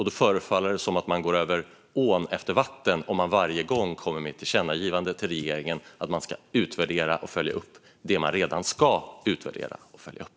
Det förefaller som om man går över ån efter vatten om man varje gång kommer med ett tillkännagivande till regeringen om att utvärdera och följa upp det som redan ska utvärderas och följas upp.